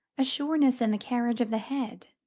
a sureness in the carriage of the head,